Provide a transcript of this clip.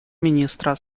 министра